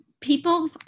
people